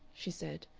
she said.